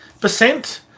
percent